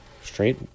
straight